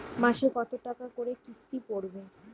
মাসে কত টাকা করে কিস্তি পড়বে?